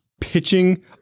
pitching